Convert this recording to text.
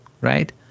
right